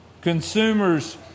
Consumers